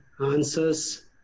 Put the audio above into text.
answers